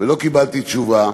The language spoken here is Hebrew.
ולא קיבלתי תשובה: